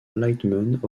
alignment